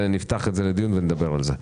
נפתח את זה לדיון ונדבר על זה.